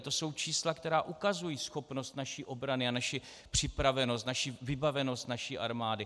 To jsou čísla, která ukazují schopnost naší obrany, naši připravenost, vybavenost naší armády.